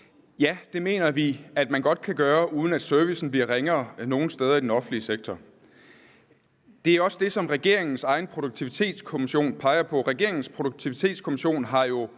Ja, det mener vi man godt kan gøre, uden at servicen bliver ringere nogen steder i den offentlige sektor. Det er også det, som regeringens egen produktivitetskommission peger på, og den har jo